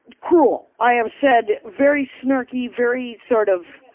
cruel. i have said very snarky, very sort of,